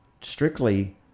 strictly